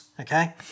Okay